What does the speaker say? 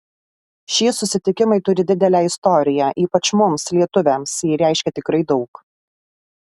šie susitikimai turi didelę istoriją ypač mums lietuviams jie reiškia tikrai daug